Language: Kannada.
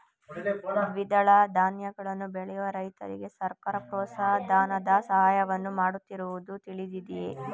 ದ್ವಿದಳ ಧಾನ್ಯಗಳನ್ನು ಬೆಳೆಯುವ ರೈತರಿಗೆ ಸರ್ಕಾರ ಪ್ರೋತ್ಸಾಹ ಧನದ ಸಹಾಯವನ್ನು ಮಾಡುತ್ತಿರುವುದು ತಿಳಿದಿದೆಯೇ?